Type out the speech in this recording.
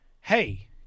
hey